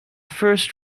first